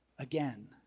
Again